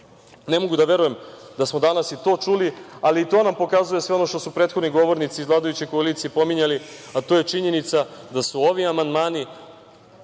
Ne mogu da verujem da smo danas i to čuli, ali to nam pokazuje sve ono što su prethodni govornici iz vladajuće koalicije pominjali, a to je činjenica da su ovi amandmani